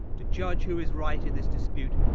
to judge who is right in this dispute,